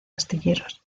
astilleros